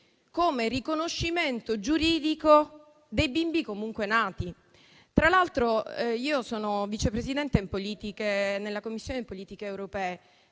come riconoscimento giuridico dei bimbi, comunque nati. Tra l'altro, io sono Vice Presidente nella Commissione politiche europee